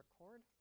record